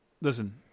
listen